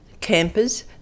campers